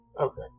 Okay